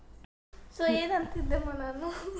ನನ್ನ debit card ನಷ್ಟವನ್ನು ವರದಿ ಮಾಡಲು ನಾನು ಬಯಸುತ್ತೇನೆ